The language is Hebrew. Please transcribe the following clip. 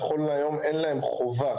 נכון להיום אין להם חובה,